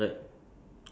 ah that one best